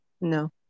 No